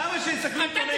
למה שיסכלו עיתונאים?